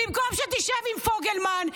במקום שתשב עם פוגלמן,